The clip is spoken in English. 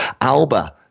Alba